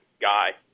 guy